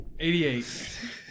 88